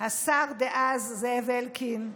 השר דאז זאב אלקין,